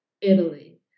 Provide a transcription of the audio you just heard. Italy